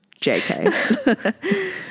JK